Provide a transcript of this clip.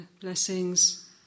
blessings